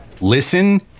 Listen